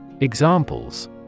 Examples